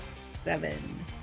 seven